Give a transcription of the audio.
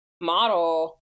model